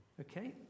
okay